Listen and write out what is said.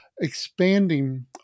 expanding